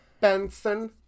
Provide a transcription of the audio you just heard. Benson